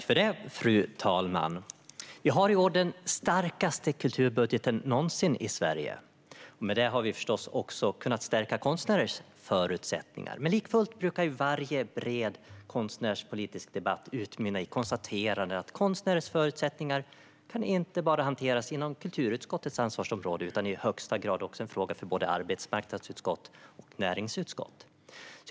Fru talman! Vi har i år den starkaste kulturbudgeten någonsin i Sverige. Därmed har vi förstås också kunnat stärka konstnärers förutsättningar. Men likafullt brukar varje bred konstnärspolitisk debatt utmynna i konstaterandet att konstnärers förutsättningar inte bara kan hanteras inom kulturutskottets ansvarsområde utan i högsta grad också är en fråga för både arbetsmarknadsutskottet och näringsutskottet.